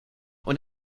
und